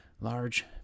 Large